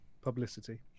publicity